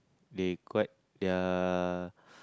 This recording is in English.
they quite they're